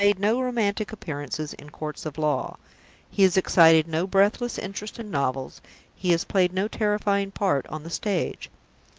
he has made no romantic appearances in courts of law he has excited no breathless interest in novels he has played no terrifying part on the stage.